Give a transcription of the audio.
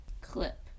Clip